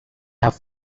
have